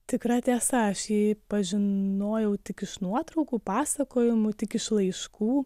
tikra tiesa aš jį pažinojau tik iš nuotraukų pasakojimų tik iš laiškų